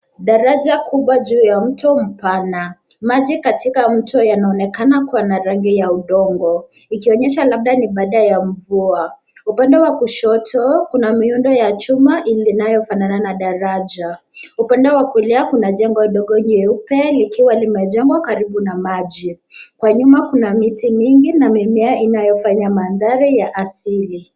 Daraja kubwa juu ya mto mpana. Maji katika mto yanaonekana kuwa na rangi ya udongo ikionyesha labda ni baada ya mvua. Upande wa kushoto, kuna miundo ya chuma iliyofanana na daraja. Upande wa kulia kuna jengo ndogo nyeupe likiwa limejengwa karibu na maji. Kwa nyuma kuna miti mingi na mimea inayofanya mandhari ya asili.